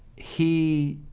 he